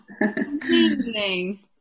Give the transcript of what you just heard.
Amazing